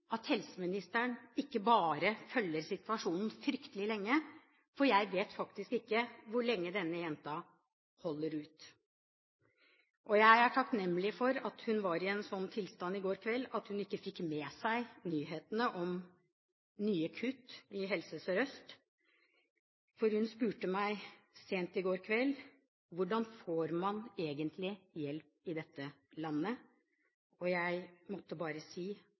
at helseministeren ikke bare følger situasjonen fryktelig lenge, for jeg vet faktisk ikke hvor lenge denne jenta holder ut. Jeg er takknemlig for at hun var i en slik tilstand i går kveld at hun ikke fikk med seg nyhetene om nye kutt i Helse Sør-Øst, for hun spurte meg sent i går kveld: Hvordan får man egentlig hjelp i dette landet? Og jeg måtte bare si: